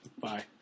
Bye